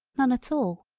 none at all.